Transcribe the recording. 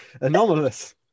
Anomalous